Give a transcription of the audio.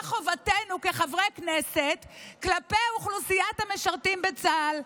מה חובתנו כחברי כנסת כלפי אוכלוסיית המשרתים בצה"ל.